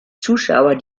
zuschauer